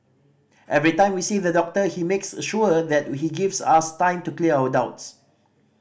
every time we see the doctor he makes sure that he gives us time to clear our doubts